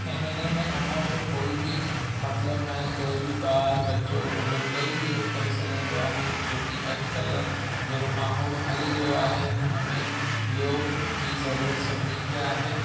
ऐं हिन में उमिर जो कोई बि मतलबु नाहे कोई बि ॿार ॿचो ॿुढो कोई बि योगु करे सघंदो आहे छो की अॼुकल्ह जहिड़ो माहोल हली रहियो आहे हुनमें योग जी ज़रूरत सभिनी खे आहे